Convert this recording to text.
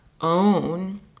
own